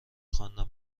خواندن